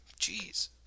Jeez